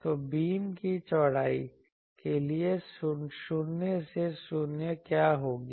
तो बीम की चौड़ाई के लिए शून्य से शून्य क्या होगी